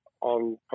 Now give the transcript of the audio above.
on